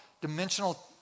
dimensional